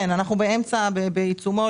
ואנחנו בעיצומו,